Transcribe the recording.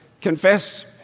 confess